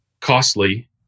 costly